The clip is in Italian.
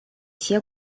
sia